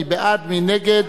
מי בעד, מי נגד